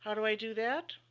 um do i do that?